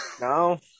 No